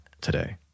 today